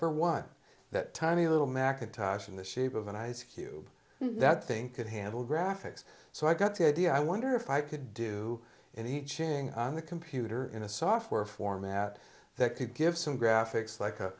for one that tiny little macintosh in the shape of an ice cube that thing could handle graphics so i got to idea i wonder if i could do it he ching on the computer in a software format that could give some graphics like